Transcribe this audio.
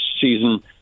season